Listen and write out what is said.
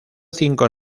cinco